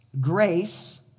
grace